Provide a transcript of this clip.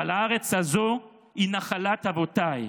אבל הארץ הזו היא נחלת אבותיי,